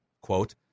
quote